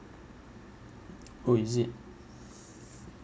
oh is it